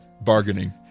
Bargaining